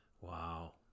Wow